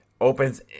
opens